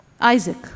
Isaac